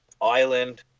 island